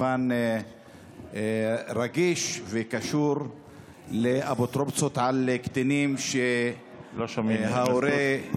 רגיש וקשור לאפוטרופסות על קטינים, שההורה,